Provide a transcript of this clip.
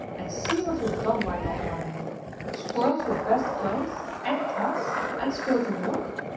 and see what you've done by not minding spoiled your best clothes and kat's, and spilled the milk!